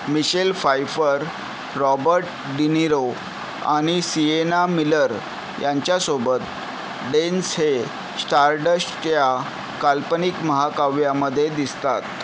Michel Pfeiffer Robert De Niro आणि Sienna Miller यांच्यासोबत Danes हे स्टारडश्ट या काल्पनिक महाकाव्यामध्ये दिसतात